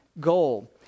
goal